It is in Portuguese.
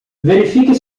verifique